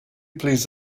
please